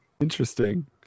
interesting